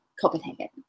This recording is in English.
Copenhagen